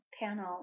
Panel